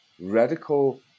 radical